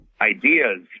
ideas